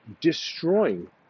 destroying